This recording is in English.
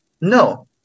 No